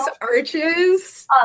arches